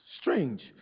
Strange